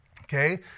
Okay